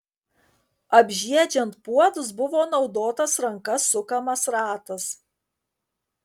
apžiedžiant puodus buvo naudotas ranka sukamas ratas